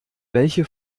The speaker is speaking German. welche